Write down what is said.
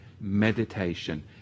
meditation